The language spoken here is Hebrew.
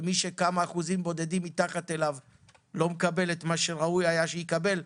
ולמה מי שנמצא כמה אחוזים מתחתיו לא מקבל את מה שראוי היה שיקבל.